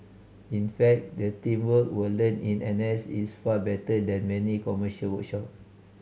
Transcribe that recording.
in fact the teamwork we learn in N S is far better than many commercial workshop